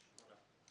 שמונה.